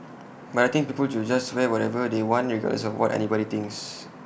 but I think people should just wear whatever they want regardless of what anybody thinks